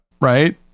Right